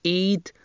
eat